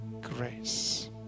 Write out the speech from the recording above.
grace